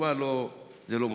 ובתשובה זה לא מופיע.